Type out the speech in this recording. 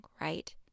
right